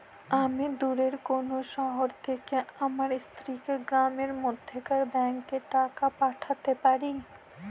আমি দূরের কোনো শহর থেকে আমার স্ত্রীকে গ্রামের মধ্যেকার ব্যাংকে টাকা পাঠাতে পারি?